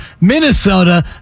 Minnesota